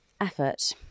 Effort